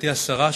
גברתי השרה,